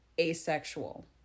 asexual